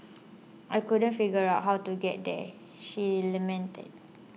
I couldn't figure out how to get there she lamented